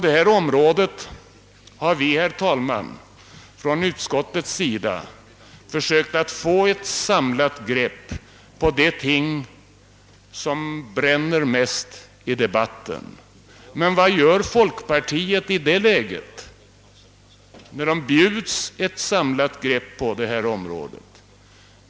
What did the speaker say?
Utskottet har i detta fall försökt åstadkomma ett samlat grepp kring de ting som bränner mest i debatten. Men vad gör då folkpartiet när det bjuds ett samlat grepp på detta område?